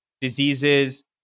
diseases